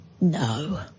No